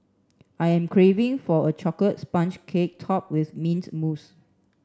I am craving for a chocolate sponge cake top with mint mousse